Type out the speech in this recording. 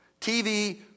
TV